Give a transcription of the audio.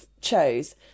chose